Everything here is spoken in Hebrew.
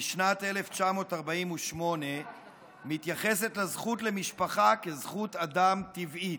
משנת 1948 מתייחסת לזכות למשפחה כזכות אדם טבעית,